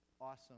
awesome